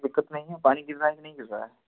दिक़्क़त नहीं है पानी गिर रहा है कि नहीं गिर रहा है